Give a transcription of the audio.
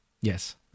Yes